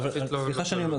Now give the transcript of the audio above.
סליחה שאני אומר,